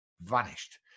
vanished